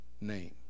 name